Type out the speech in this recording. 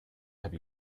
have